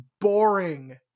boring